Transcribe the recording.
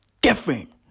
Different